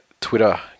Twitter